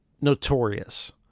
notorious